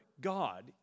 god